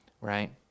right